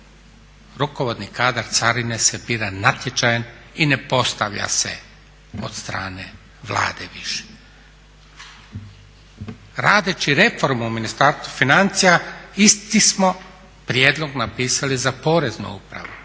rukovodni kadar carine se bira natječajem i ne postavlja se od strane Vlade više. Radeći reformu u Ministarstvu financija isti smo prijedlog napisali za Poreznu upravu